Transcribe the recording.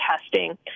testing